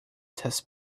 test